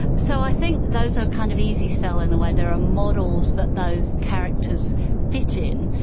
so i think those are kind of easy-sell in a way, there are models that those characters fit in,